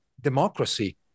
democracy